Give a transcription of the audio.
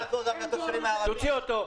תוציא אותו.